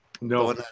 No